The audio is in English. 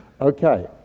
Okay